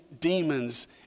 demons